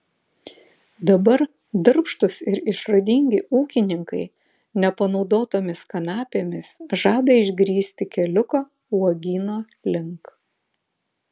dabar darbštūs ir išradingi ūkininkai nepanaudotomis kanapėmis žada išgrįsti keliuką uogyno link